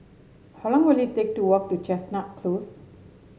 how long will it take to walk to Chestnut Close